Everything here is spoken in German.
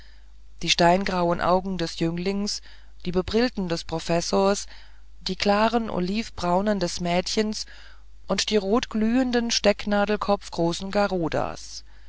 die steingrauen augen des jünglings die bebrillten des professors die klaren olivenbraunen des mädchens und die rotglühenden stecknadelkopfgroßen